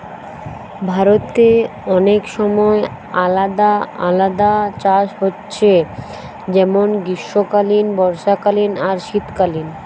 ভারতে অনেক সময় আলাদা আলাদা চাষ হচ্ছে যেমন গ্রীষ্মকালীন, বর্ষাকালীন আর শীতকালীন